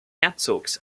herzogs